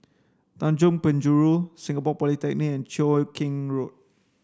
Tanjong Penjuru Singapore Polytechnic and Cheow Keng Road